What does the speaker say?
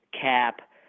cap